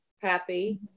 happy